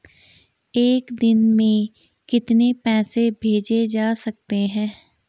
एक दिन में कितने पैसे भेजे जा सकते हैं?